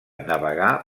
navegar